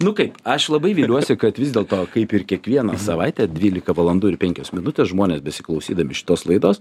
nu kaip aš labai viliuosi kad vis dėlto kaip ir kiekvieną savaitę dvylika valandų ir penkios minutės žmonės besiklausydami šitos laidos